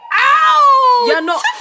Ow